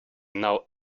now